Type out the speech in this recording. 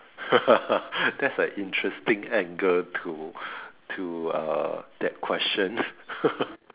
that's an interesting angle to to uh that question